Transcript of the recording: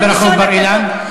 גם ברחוב בר-אילן?